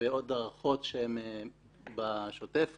ועוד הערכות שהן בשוטף לבסיס.